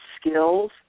skills